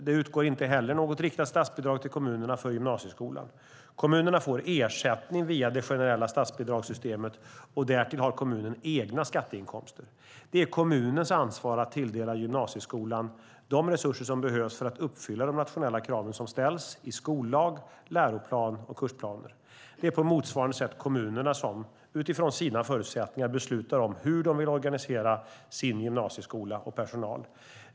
Det utgår inte heller något riktat statsbidrag till kommunerna för gymnasieskolan. Kommunerna får ersättning via det generella statsbidragssystemet, och därtill har kommunen egna skatteinkomster. Det är kommunens ansvar att tilldela gymnasieskolan de resurser som behövs för att uppfylla de nationella krav som ställs i skollag, läroplan och kursplaner. Det är på motsvarande sätt kommunerna som, utifrån de lokala förutsättningarna, beslutar om hur de vill organisera sin gymnasieskola och personal.